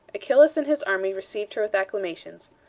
achillas and his army received her with acclamations.